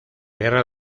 guerra